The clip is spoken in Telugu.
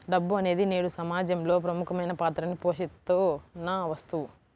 డబ్బు అనేది నేడు సమాజంలో ప్రముఖమైన పాత్రని పోషిత్తున్న వస్తువు